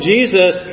Jesus